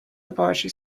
laboratory